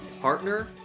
partner